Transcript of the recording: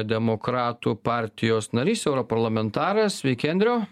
demokratų partijos narys europarlamentaras sveiki andriau